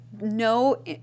No